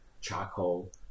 charcoal